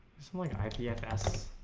like i t s